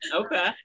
Okay